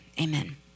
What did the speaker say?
Amen